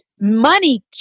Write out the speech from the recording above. money